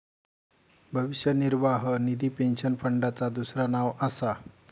भविष्य निर्वाह निधी पेन्शन फंडाचा दुसरा नाव असा